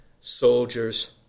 soldiers